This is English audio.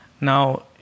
Now